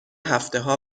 هفتهها